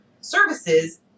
services